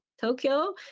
Tokyo